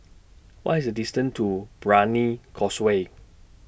What IS The distance to Brani Causeway